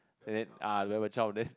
and then ah you have a child then